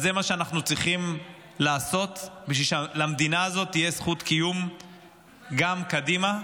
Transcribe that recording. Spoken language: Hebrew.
זה מה שאנחנו צריכים לעשות בשביל שלמדינה הזאת תהיה זכות קיום גם קדימה.